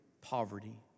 poverty